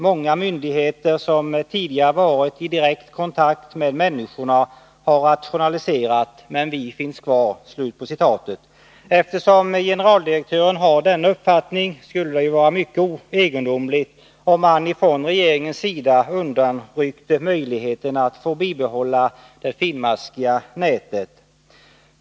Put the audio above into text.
Många myndigheter som tidigare var i direkt kontakt med människorna har rationaliserat, men vi finns kvar.” Eftersom generaldirektören har den uppfattningen, skulle det vara mycket egendomligt, om man från regeringens sida undanryckte möjligheterna till bibehållande av detta finmaskiga nät.